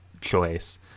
choice